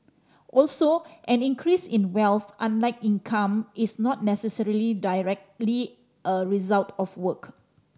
also an increase in wealth unlike income is not necessarily directly a result of work